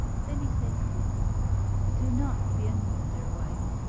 then he said calmly do not be annoyed, dear wife.